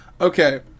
Okay